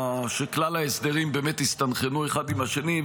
כשכלל ההסדרים באמת יסתנכרנו אחד עם השני.